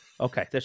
Okay